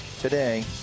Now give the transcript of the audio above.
today